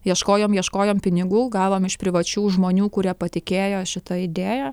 ieškojom ieškojom pinigų gavom iš privačių žmonių kurie patikėjo šita idėja